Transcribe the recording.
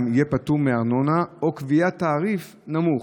יהיה פטור מארנונה או קביעת תעריף נמוך?